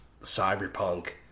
Cyberpunk